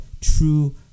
true